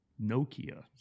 Nokia